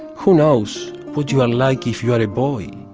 who knows what you are like if you are a boy?